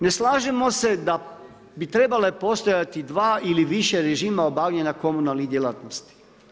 Ne slažemo se da bi trebale postojati dva ili više režima obavljanja komunalnih djelatnosti.